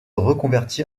reconvertit